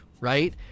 Right